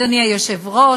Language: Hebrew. אדוני היושב-ראש,